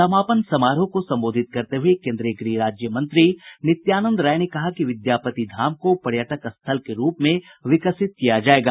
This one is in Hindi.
समापन समारोह को संबोधित करते हुए केन्द्रीय गृह राज्य मंत्री नित्यानंद राय ने कहा कि विद्यापति धाम को पर्यटक स्थल के रूप मे विकसित किया जायेगा